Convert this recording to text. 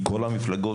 מכל המפלגות,